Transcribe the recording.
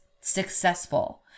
successful